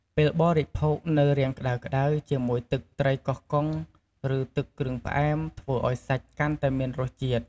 ពេលបរិភោគនៅរាងក្ដៅៗជាមួយទឹកត្រីកោះកុង ឬទឹកគ្រឿងផ្អែម ធ្វើឱ្យសាច់កាន់តែមានរសជាតិ។